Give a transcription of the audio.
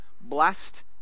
blessed